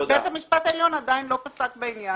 בית המשפט העליון עדיין לא פסק בעניין.